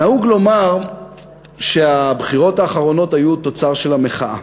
נהוג לומר שהבחירות האחרונות היו תוצר של המחאה,